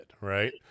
Right